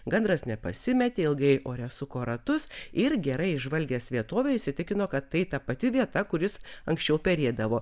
gandras nepasimetė ilgai ore suko ratus ir gerai išžvalgęs vietovę įsitikino kad tai ta pati vieta kur jis anksčiau perėdavo